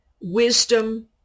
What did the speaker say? wisdom